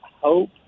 hope